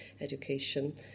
education